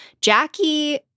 jackie